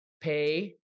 pay